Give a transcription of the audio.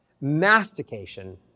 mastication